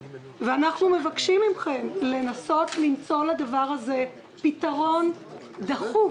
אנחנו מבקשים מכם לנסות למצוא לדבר הזה פתרון דחוף.